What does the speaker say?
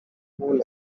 pool